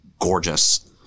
gorgeous